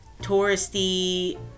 touristy